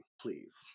please